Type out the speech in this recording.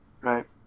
Right